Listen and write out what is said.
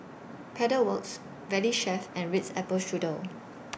Pedal Works Valley Chef and Ritz Apple Strudel